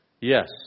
Yes